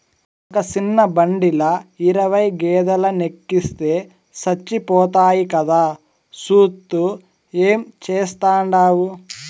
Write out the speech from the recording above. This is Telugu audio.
ఒక సిన్న బండిల ఇరవై గేదేలెనెక్కిస్తే సచ్చిపోతాయి కదా, సూత్తూ ఏం చేస్తాండావు